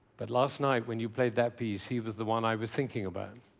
but last night, when you played that piece, he was the one i was thinking about.